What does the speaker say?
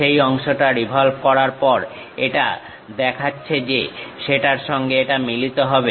সেই অংশটা রিভলভ করার পর এটা দেখাচ্ছে যে সেটার সঙ্গে এটা মিলিত হবে